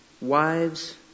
Wives